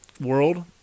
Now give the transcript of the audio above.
world